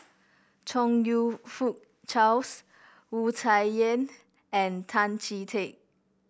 Chong You Fook Charles Wu Tsai Yen and Tan Chee Teck